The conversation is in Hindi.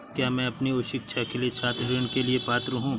क्या मैं अपनी उच्च शिक्षा के लिए छात्र ऋण के लिए पात्र हूँ?